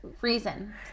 reason